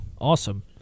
Awesome